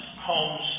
homes